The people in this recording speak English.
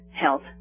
health